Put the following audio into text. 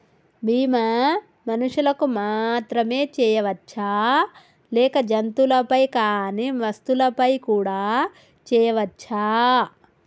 బీమా మనుషులకు మాత్రమే చెయ్యవచ్చా లేక జంతువులపై కానీ వస్తువులపై కూడా చేయ వచ్చా?